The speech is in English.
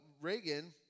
Reagan